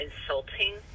insulting